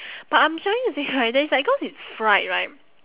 but I'm trying to say here right that it's like cause it's fried right